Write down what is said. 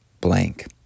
blank